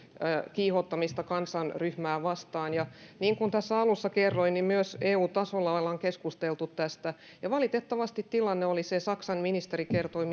kiihottamista kansanryhmää vastaan ja niin kuin tässä alussa kerroin myös eu tasolla ollaan keskusteltu tästä ja valitettavasti tilanne oli se saksan ministeri kertoi